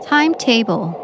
Timetable